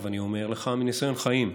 עכשיו אני אומר לך מניסיון חיים,